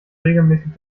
regelmäßig